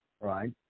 right